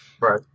right